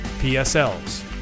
PSLs